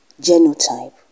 Genotype